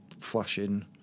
flashing